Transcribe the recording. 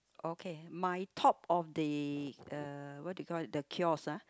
okay my top of the uh what do you call that the kiosk ah